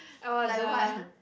like what